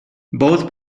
both